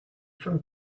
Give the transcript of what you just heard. from